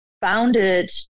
founded